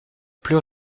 plus